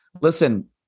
Listen